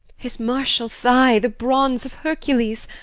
his martial thigh, the brawns of hercules